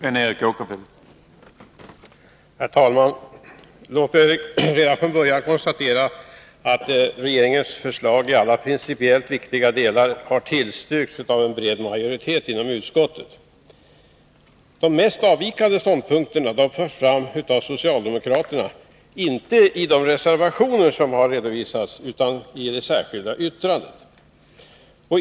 Herr talman! Låt mig redan från början konstatera att regeringens förslag i alla principiellt väsentliga delar tillstyrks av en bred majoritet inom civilutskottet. De mest avvikande ståndpunkterna förs fram av socialdemokraterna, inte i reservationerna utan som särskilt yttrande.